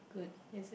good is it